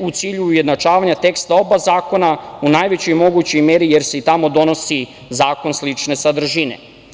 u cilju ujednačavanja teksta oba zakona u najvećoj mogućoj meri, jer se i tamo donosi zakon slične sadržine.